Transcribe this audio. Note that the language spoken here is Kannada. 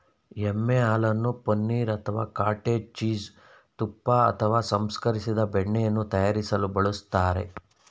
ಎಮ್ಮೆ ಹಾಲನ್ನು ಪನೀರ್ ಅಥವಾ ಕಾಟೇಜ್ ಚೀಸ್ ತುಪ್ಪ ಅಥವಾ ಸಂಸ್ಕರಿಸಿದ ಬೆಣ್ಣೆಯನ್ನು ತಯಾರಿಸಲು ಬಳಸ್ತಾರೆ